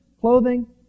clothing